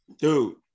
dude